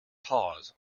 pause